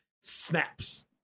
snaps